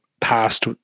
past